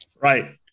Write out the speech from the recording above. Right